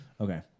Okay